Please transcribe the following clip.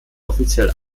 offiziell